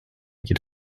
qu’il